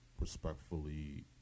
respectfully